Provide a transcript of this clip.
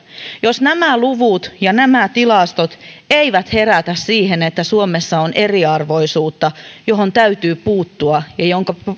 jos nämä luvut ja nämä tilastot eivät herätä siihen että suomessa on eriarvoisuutta johon täytyy puuttua ja jonka